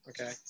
Okay